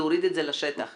להוריד את זה לשטח.